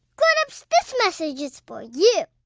grown-ups, this message is for you